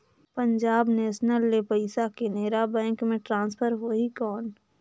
Punjab National ले पइसा Canara bank मे ट्रांसफर होहि कौन?